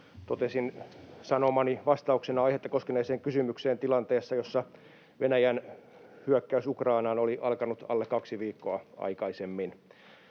Totesin sanomani vastauksen aihetta koskeneeseen kysymykseen tilanteessa, jossa Venäjän hyökkäys Ukrainaan oli alkanut alle kaksi viikkoa aikaisemmin.